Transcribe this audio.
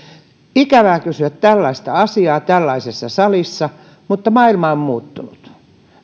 ikävää kysyä tällaista asiaa tällaisessa salissa mutta maailma on muuttunut